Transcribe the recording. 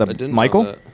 Michael